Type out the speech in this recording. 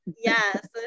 Yes